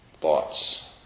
thoughts